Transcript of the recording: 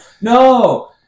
No